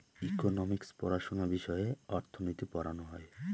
economics পড়াশোনা বিষয়ে অর্থনীতি পড়ানো হয়